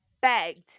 begged